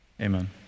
Amen